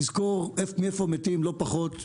לזכור מאיפה מתים לא פחות,